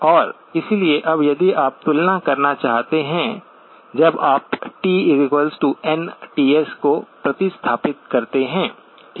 और इसलिए अब यदि आप तुलना करना चाहते हैं जब आप tnTs को प्रतिस्थापित करते हैं ठीक है